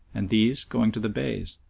and these going to the beys,